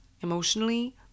emotionally